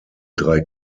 drei